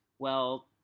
well,